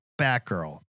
Batgirl